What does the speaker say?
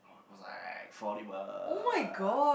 was like Forty One